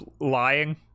lying